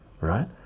right